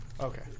Okay